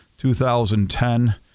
2010